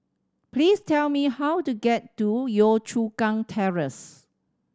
please tell me how to get to Yio Chu Kang Terrace